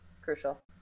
crucial